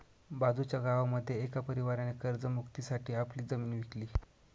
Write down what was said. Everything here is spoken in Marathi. बाजूच्या गावामध्ये एका परिवाराने कर्ज मुक्ती साठी आपली जमीन विकली